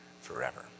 forever